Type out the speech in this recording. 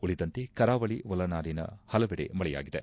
ಉಳಿದಂತೆ ಕರಾವಳಿ ಒಳನಾಡಿನ ಪಲವೆಡೆ ಮಳೆಯಾಗಿದೆ